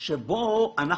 אני